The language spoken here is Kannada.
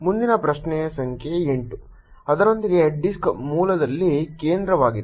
ಮುಂದಿನ ಪ್ರಶ್ನೆ ಸಂಖ್ಯೆ 8 ಅದರೊಂದಿಗೆ ಡಿಸ್ಕ್ ಮೂಲದಲ್ಲಿ ಕೇಂದ್ರವಾಗಿದೆ